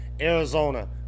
Arizona